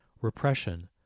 repression